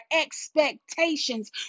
expectations